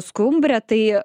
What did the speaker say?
skumbrę tai